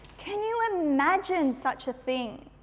can you imagine such a thing?